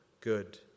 good